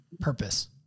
purpose